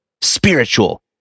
spiritual